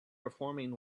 performing